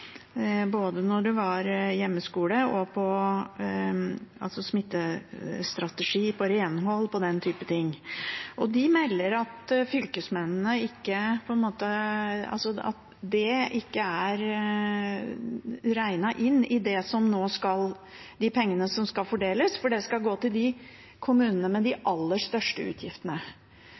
både da det var hjemmeskole, til smittestrategi og til renhold, f.eks. De melder at det ikke er regnet inn i de pengene som skal fordeles, for de skal gå til kommunene med de aller største utgiftene.